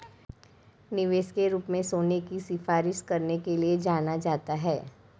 निवेश के रूप में सोने की सिफारिश करने के लिए जाना जाता है